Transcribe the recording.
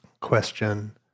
question